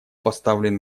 поставлен